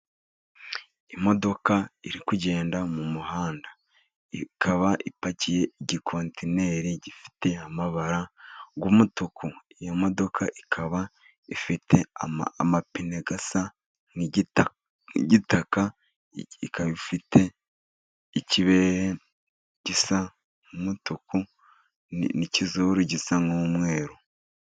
Imodoka iri kugenda mu muhanda, ikaba ipakiye igikontineri gifite amabara y'umutuku. Iyo modoka ikaba ifite amapine asa nk'igitaka, ikaba ifite ikibehe gisa n'umutuku, n'ikizuru gisa n'umweru.